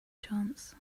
chance